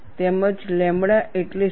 તેમજ લેમ્બડા એટલે શું